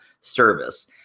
service